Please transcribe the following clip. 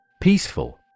Peaceful